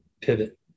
pivot